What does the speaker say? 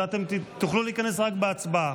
ואתם תוכלו להיכנס רק בהצבעה,